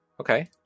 Okay